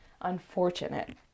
unfortunate